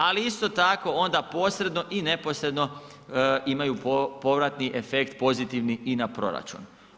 Ali isto tako onda posredno ili neposredno imaju povratni efekt pozitivni i na proračun.